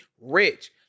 rich